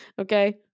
Okay